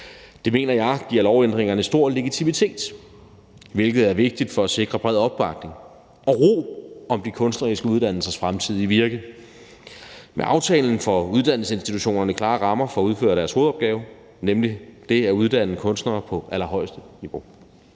Det mener jeg giver lovændringerne stor legitimitet, hvilket er vigtigt for at sikre bred opbakning til og ro om de kunstneriske uddannelsers fremtidige virke. Med aftalen får uddannelsesinstitutionerne klare rammer for at udføre deres hovedopgave, nemlig det at uddanne kunstnere på allerhøjeste niveau.